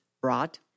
brought